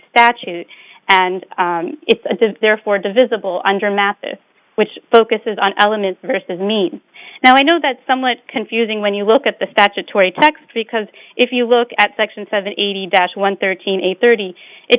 statute and it's therefore divisible under mathes which focuses on elements versus meat now i know that's somewhat confusing when you look at the statutory text because if you look at section seven eighty dash one thirteen eight thirty it